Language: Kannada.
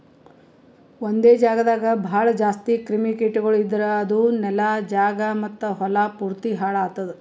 ಒಂದೆ ಜಾಗದಾಗ್ ಭಾಳ ಜಾಸ್ತಿ ಕ್ರಿಮಿ ಕೀಟಗೊಳ್ ಇದ್ದುರ್ ಅದು ನೆಲ, ಜಾಗ ಮತ್ತ ಹೊಲಾ ಪೂರ್ತಿ ಹಾಳ್ ಆತ್ತುದ್